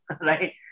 right